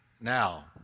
Now